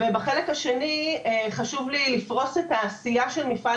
ובחלק השני חשוב לי לפרוס את העשייה של מפעל